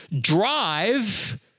drive